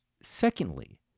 Secondly